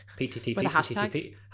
PTTP